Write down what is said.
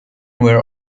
were